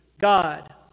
God